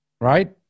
right